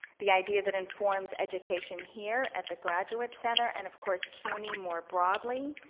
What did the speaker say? the idea that informs education here at the graduate center, and of course, cuny more broadly,